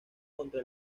contra